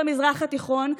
במזרח התיכון,